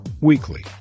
weekly